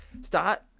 Start